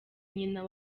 nyina